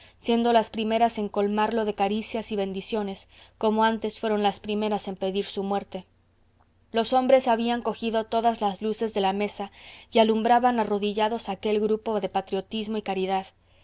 siendo las primeras en colmarlo de caricias y bendiciones como antes fueron las primeras en pedir su muerte los hombres habían cogido todas las luces de la mesa y alumbraban arrodillados aquel grupo de patriotismo y caridad